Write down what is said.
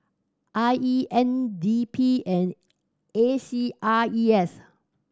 I E N D P and A C R E S